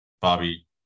Bobby